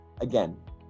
again